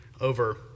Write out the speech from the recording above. over